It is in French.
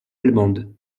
allemande